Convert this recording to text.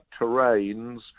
terrains